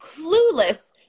Clueless